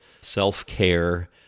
self-care